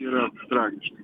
yra tragiški